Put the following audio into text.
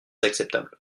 acceptable